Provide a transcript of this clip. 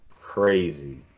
crazy